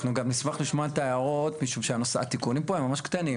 אנחנו גם נשמח לשמוע את ההערות משום שהתיקונים פה הם ממש קטנים.